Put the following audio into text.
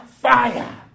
fire